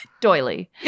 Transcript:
Doily